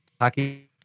Hockey